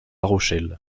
rochelle